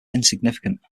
insignificant